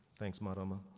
thanks maroma.